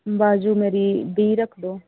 ਬਾਜੂ ਮੇਰੀ ਵੀਹ ਰੱਖ ਦਿਉ